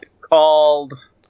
Called